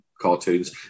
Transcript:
cartoons